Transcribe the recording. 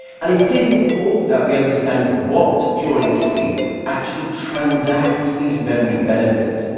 and it is important that we understand what during sleep actually transacts these memory benefits,